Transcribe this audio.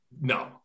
No